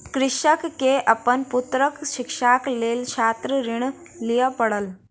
कृषक के अपन पुत्रक शिक्षाक लेल छात्र ऋण लिअ पड़ल